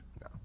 No